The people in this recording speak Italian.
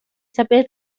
saper